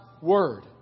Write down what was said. Word